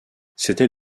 c’était